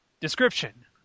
Description